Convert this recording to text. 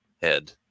head